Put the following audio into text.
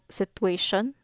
situation